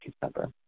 December